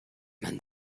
man